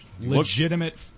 Legitimate